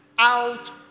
out